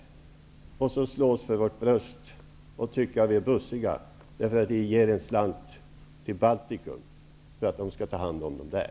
Sedan kan vi slå oss för vårt bröst och tycka att vi är bussiga som ger en slant till Baltikum, därför att flyktingarna skall tas om hand där.